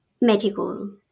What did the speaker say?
medical